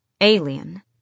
Alien